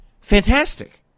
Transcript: Fantastic